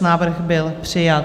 Návrh byl přijat.